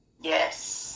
Yes